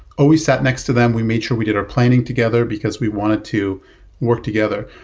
always sat next to them. we made sure we did our planning together, because we wanted to work together.